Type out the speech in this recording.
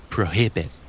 Prohibit